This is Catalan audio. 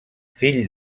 fill